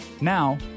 Now